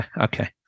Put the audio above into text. okay